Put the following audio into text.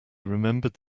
remembered